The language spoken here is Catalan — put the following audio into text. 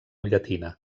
llatina